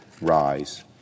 rise